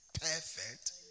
perfect